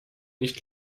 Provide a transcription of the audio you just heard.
nicht